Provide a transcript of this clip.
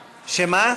שמה?